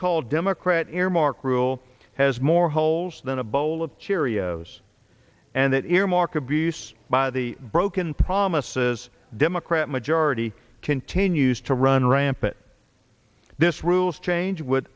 called democrat air marc rule has more holes than a bowl of cheerios and that earmark abuse by the broken promises democrat majority continues to run rampant this rules change would